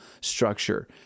structure